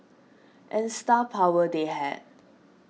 and star power they had